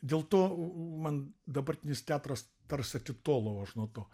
dėl to man dabartinis teatras tarsi atitolau aš nuo to